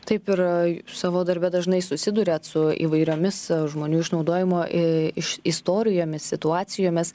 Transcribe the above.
taip ir savo darbe dažnai susiduriat su įvairiomis žmonių išnaudojimo iš istorijomis situacijomis